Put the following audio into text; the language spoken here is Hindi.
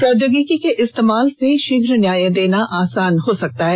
प्रौद्योगिकी के इस्तेमाल से शीघ न्याय देना आसान हो सकता है